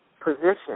position